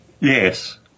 yes